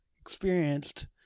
experienced